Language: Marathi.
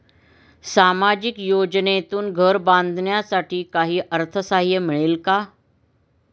सामाजिक योजनेतून घर बांधण्यासाठी काही अर्थसहाय्य मिळेल का?